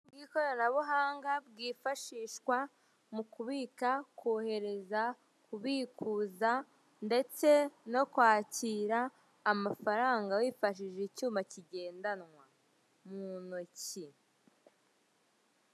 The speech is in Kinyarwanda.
Uburyo bw'ikoranabuhanga bwifashishwa mu kubika, kohereza, kubikuza ndetse no kwakira amafaranga wifashishije icyuma kigendanwa mu ntoki.